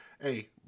hey